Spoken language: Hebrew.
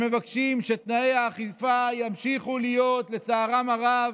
הם מבקשים שתנאי האכיפה ימשיכו להיות, לצערם הרב,